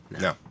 No